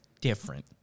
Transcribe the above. different